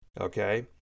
okay